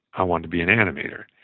i wanted to be an animator.